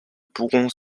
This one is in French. pourrons